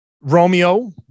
Romeo